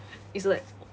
it's like